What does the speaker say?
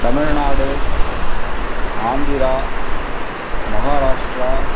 Tamil Nadu Andhra Maharashtra